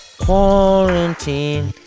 quarantine